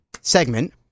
segment